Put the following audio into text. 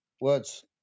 words